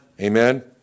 Amen